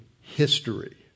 history